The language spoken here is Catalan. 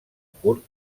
curt